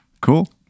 cool